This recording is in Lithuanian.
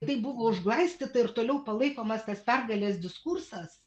tai buvo užglaistyta ir toliau palaikomas tas pergalės diskursas